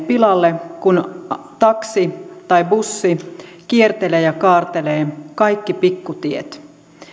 pilalle kun taksi tai bussi kiertelee ja kaartelee kaikki pikkutiet